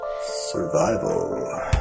Survival